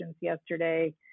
yesterday